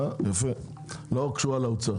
אה, יפה, אז את לא קשורה לאוצר.